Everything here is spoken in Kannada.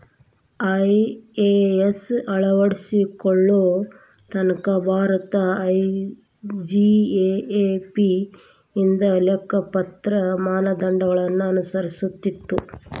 ಐ.ಎ.ಎಸ್ ಅಳವಡಿಸಿಕೊಳ್ಳೊ ತನಕಾ ಭಾರತ ಐ.ಜಿ.ಎ.ಎ.ಪಿ ಇಂದ ಲೆಕ್ಕಪತ್ರ ಮಾನದಂಡಗಳನ್ನ ಅನುಸರಿಸ್ತಿತ್ತು